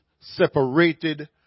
separated